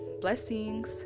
Blessings